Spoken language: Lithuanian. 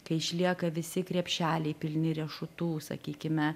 kai išlieka visi krepšeliai pilni riešutų sakykime